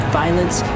violence